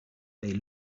they